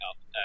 up